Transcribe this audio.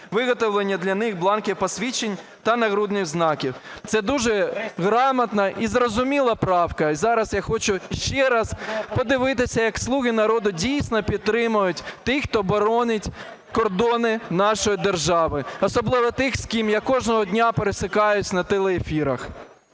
виготовлення для них бланків посвідчень та нагрудних знаків. Це дуже грамотна і зрозуміла правка. І зараз я хочу ще раз подивитися, як "слуги народу" дійсно підтримують тих, хто боронить кордони нашої держави. Особливо тих, з ким я кожного дня пересікаюсь на телеефірах.